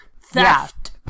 Theft